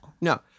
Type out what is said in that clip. no